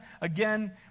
again